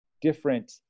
different